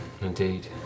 Indeed